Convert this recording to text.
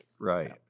Right